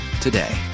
today